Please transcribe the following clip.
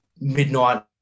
midnight